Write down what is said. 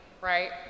right